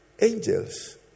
Angels